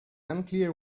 unclear